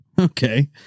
Okay